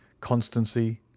constancy